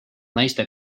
naiste